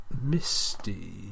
Misty